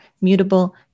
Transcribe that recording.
mutable